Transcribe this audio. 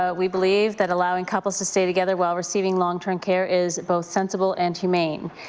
ah we believe that allowing couples to stay together while receiving long-term care is both sensible and humane.